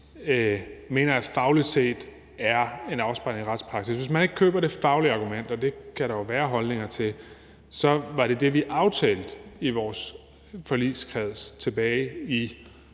sket, fagligt set er en afspejling af retspraksis. Hvis man ikke køber det faglige argument – det kan der jo være holdninger til – så kan man sige, at det var det, vi aftalte i vores forligskreds tilbage i